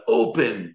open